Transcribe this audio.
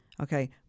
Okay